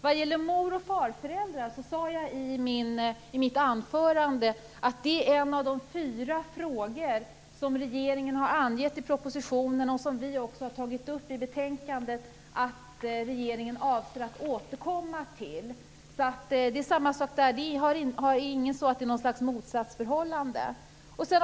Vad gäller mor och farföräldrars talerätt sade jag i mitt anförande att det är en av de fyra frågor där regeringen angett i propositionen, och som vi tagit upp i betänkandet, att regeringen avser att återkomma. Det är alltså samma sak där. Det är inte så att det är något slags motsatsförhållande.